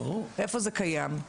איפה זה קיים,